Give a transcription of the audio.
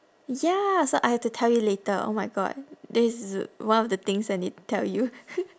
ya so I have to tell you later oh my god this is one of the things I need to tell you